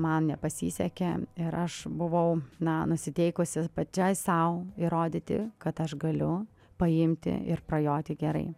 man nepasisekė ir aš buvau na nusiteikusi pačiai sau įrodyti kad aš galiu paimti ir prajoti gerai